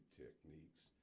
techniques